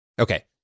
okay